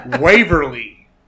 Waverly